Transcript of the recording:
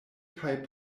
kaj